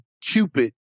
Cupid